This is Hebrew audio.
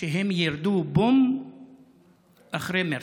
שהם ירדו בום אחרי מרץ.